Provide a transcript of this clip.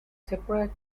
separate